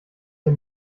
der